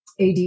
AD